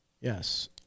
yes